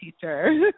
teacher